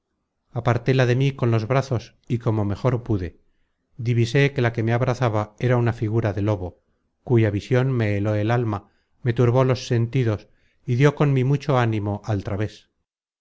honestamente apartéla de mí con los brazos y como n content from google book search generated at mejor pude divisé que la que me abrazaba era una figura de lobo cuya vision me heló el alma me turbó los sentidos y dió con mi mucho ánimo al traves